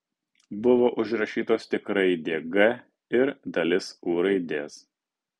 buvo užrašytos tik raidė g ir dalis u raidės